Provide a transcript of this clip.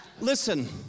listen